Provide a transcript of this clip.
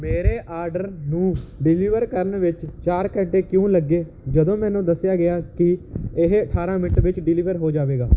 ਮੇਰੇ ਆਡਰ ਨੂੰ ਡਿਲੀਵਰ ਕਰਨ ਵਿੱਚ ਚਾਰ ਘੰਟੇ ਕਿਉਂ ਲੱਗੇ ਜਦੋਂ ਮੈਨੂੰ ਦੱਸਿਆ ਗਿਆ ਕਿ ਇਹ ਅਠਾਰਾਂ ਮਿੰਟ ਵਿੱਚ ਡਿਲੀਵਰ ਹੋ ਜਾਵੇਗਾ